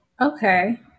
Okay